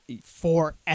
forever